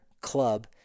club